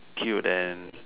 cute and